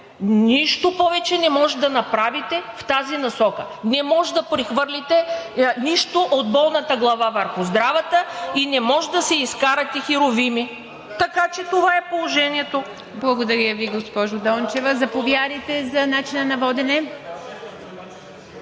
Нищо повече не може да направите в тази насока. Не може да прехвърлите нищо от болната глава върху здравата и не може да се изкарате херувими, така че това е положението. ПРЕДСЕДАТЕЛ ИВА МИТЕВА: Благодаря Ви, госпожо Дончева. Заповядайте по начина на водене.